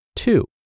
Two